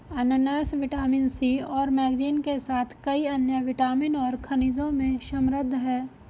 अनन्नास vitamin C और manganese के साथ कई अन्य विटामिन और खनिजों में समृद्ध हैं